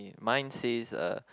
mine says uh